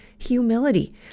Humility